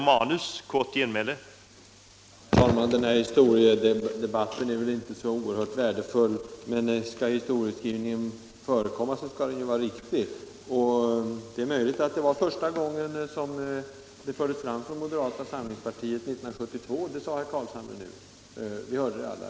Herr talman! Den här historiedebatten är väl inte så oerhört värdefull, men skall historieskrivning förekomma skall den vara riktig. Det är möjligt att förslaget om vårdnadsbidrag fördes fram av moderata samlingspartiet första gången 1972. Det sade herr Carlshamre nu. Det hörde vi alla.